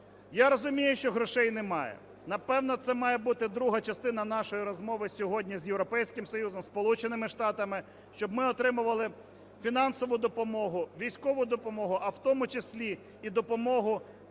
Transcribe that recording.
Я розумію, що грошей немає. Напевно, це має бути друга частина нашої розмови сьогодні з Європейським Союзом, Сполученими Штатами, щоб ми отримували фінансову допомогу, військову допомогу, а в тому числі і допомогу